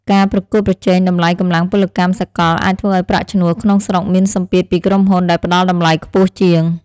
ការប្រកួតប្រជែងតម្លៃកម្លាំងពលកម្មសកលអាចធ្វើឱ្យប្រាក់ឈ្នួលក្នុងស្រុកមានសម្ពាធពីក្រុមហ៊ុនដែលផ្តល់តម្លៃខ្ពស់ជាង។